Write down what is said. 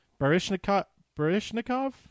barishnikov